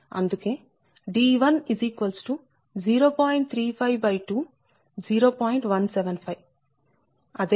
35 అందుకే d10